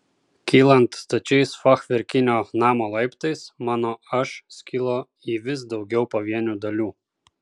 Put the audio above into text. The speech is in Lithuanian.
kylant stačiais fachverkinio namo laiptais mano aš skilo į vis daugiau pavienių dalių